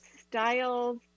styles